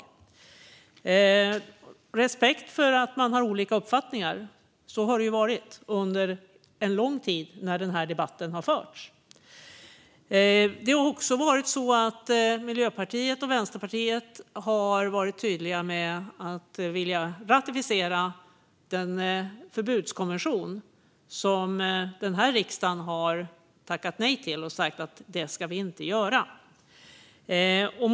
Jag har respekt för att man har olika uppfattningar. Så har det varit under en lång tid när debatten har förts. Miljöpartiet och Vänsterpartiet har också varit tydliga med att de vill ratificera den förbudskonvention som riksdagen tackat nej till och sagt att vi inte ska ratificera.